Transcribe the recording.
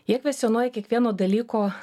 jie kvestionuoja kiekvieno dalyko